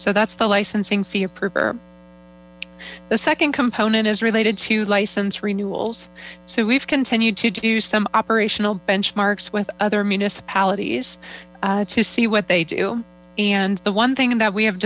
so that's the licensing fee approved the second component is related to license renewals so we've continued to do some operational benchmarks with other municipalities to see what they do and the one thing that we have